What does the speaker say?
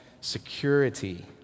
security